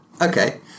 Okay